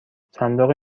صندوق